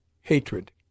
hatred